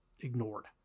ignored